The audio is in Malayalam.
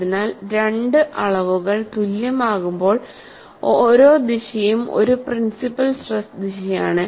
അതിനാൽ രണ്ട് അളവുകൾ തുല്യമാകുമ്പോൾ ഓരോ ദിശയും ഒരു പ്രിൻസിപ്പൽ സ്ട്രെസ് ദിശയാണ്